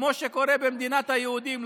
כמו שקורה במדינת היהודים,